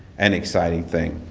and exciting thing.